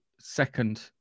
second